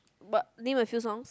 but name a few songs